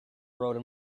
rode